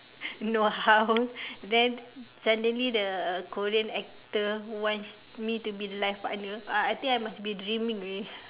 no house then suddenly the korean actor wants me to be the life partner uh I think I must be dreaming already